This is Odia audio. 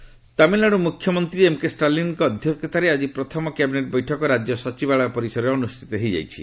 ଟିଏନ୍ କ୍ୟାବିନେଟ୍ ତାମିଲ୍ନାଡ଼ୁ ମୁଖ୍ୟମନ୍ତ୍ରୀ ଏମ୍କେ ଷ୍ଟାଲିନ୍ଙ୍କ ଅଧ୍ୟକ୍ଷତାରେ ଆଜି ପ୍ରଥମ କ୍ୟାବିନେଟ୍ ବୈଠକ ରାଜ୍ୟ ସଚିବାଳୟ ପରିସରରେ ଅନ୍ଦୁଷ୍ଠିତ ହୋଇଯାଇଛି